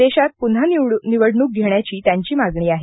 देशात पुन्हा निवडणूक घेण्याची त्यांची मागणी आहे